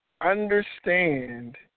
understand